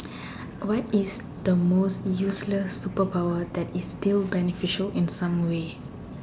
what is the most useless superpower that is still beneficial in some way